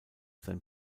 sein